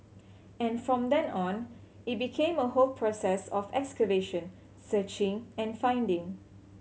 and from then on it became a whole process of excavation searching and finding